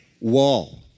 wall